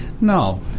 No